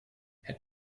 het